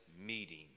meeting